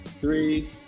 three